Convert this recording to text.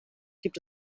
gibt